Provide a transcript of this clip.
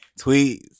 tweets